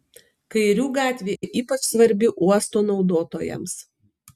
kairių gatvė ypač svarbi uosto naudotojams